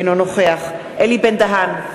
אינו נוכח אלי בן-דהן,